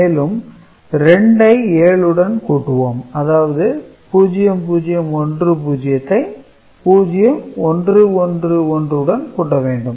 மேலும் 2 ஐ 7 உடன் கூட்டுவோம் அதாவது 0010 ஐ 0111 உடன் கூட்ட வேண்டும்